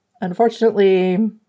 Unfortunately